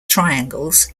triangles